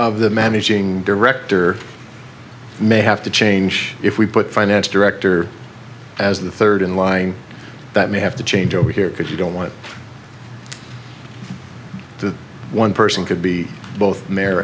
of the managing director may have to change if we put finance director as the third in line that may have to change over here because you don't want to one person could be both m